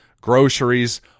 groceries